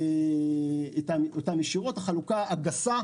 החלוקה הגסה: